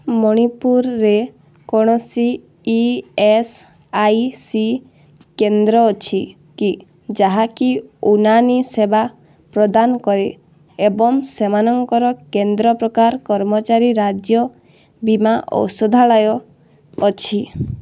ମଣିପୁରରେ କୌଣସି E S I C କେନ୍ଦ୍ର ଅଛି କି ଯାହାକି ଉନାନି ସେବା ପ୍ରଦାନ କରେ ଏବଂ ସେମାନଙ୍କର କେନ୍ଦ୍ର ପ୍ରକାର କର୍ମଚାରୀ ରାଜ୍ୟ ବୀମା ଔଷଧାଳୟ ଅଛି